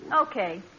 Okay